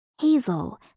Hazel